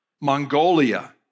Mongolia